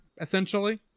essentially